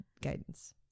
guidance